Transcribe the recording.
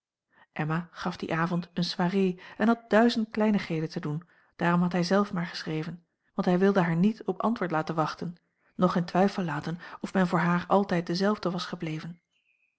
emma gaf dien avond eene soirée en had duizend kleinigheden te doen daarom had hij zelf maar geschreven want hij wilde haar niet op antwoord laten wachten noch in twijfel laten of men voor haar altijd dezelfde was gebleven